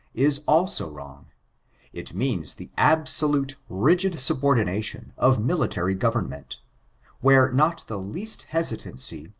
is also strong it means the absolute, rigid subordination of military government where not the least hesitancy,